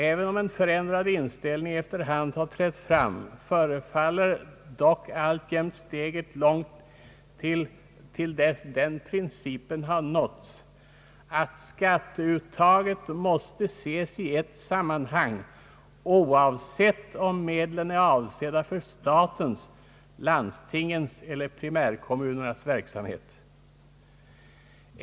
även om en förändrad inställning efter hand har trätt fram förefaller dock steget alltjämt långt till dess den principen har nåtts att skatteuttaget måste ses i ett sammanhang, oavsett om medlen är avsedda för statens, landstingens eller primärkommunernas verksamhet.